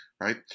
right